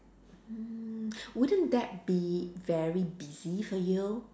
mm wouldn't that be very busy for you